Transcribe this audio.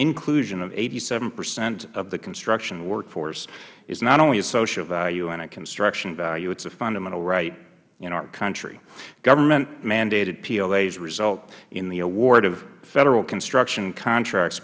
inclusion of eighty seven percent of the construction work force is not only a social value and a construction value it is a fundamental right in our country government mandated plas result in the award of federal construction contracts